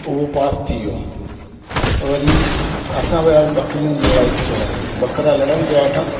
उहो पास थी वियो और वरी असां विया बकरी जी लड़ाई ॾिसण बकरा लड़नि पिया हेठा